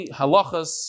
halachas